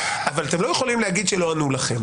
אבל אתם לא יכולים להגיד שלא ענו לכם.